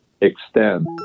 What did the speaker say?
extend